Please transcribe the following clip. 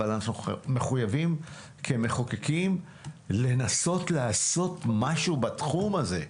אבל אנחנו מחויבים כמחוקקים לנסות לעשות משהו בתחום הזה.